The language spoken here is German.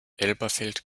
elberfeld